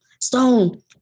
stone